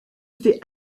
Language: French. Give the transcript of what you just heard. fait